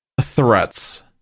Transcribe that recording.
threats